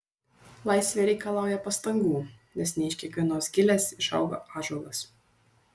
laisvė reikalauja pastangų nes ne iš kiekvienos gilės išauga ąžuolas